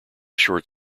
short